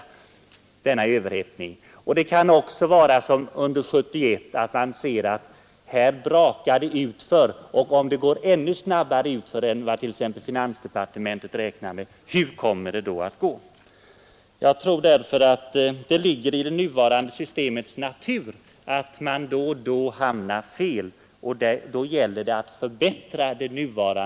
Vid andra tillfällen kan det vara som under 1971 att man ser att det brakar utför och därför måste tänka efter och analysera hur det kommer att bli om nedgången skulle fortsätta ännu snabbare än vad finansdepartementet räknat med. Jag tror alltså att det ligger i det nuvarande systemets natur att för att förbättra systemet prognoserna då och då blir fel.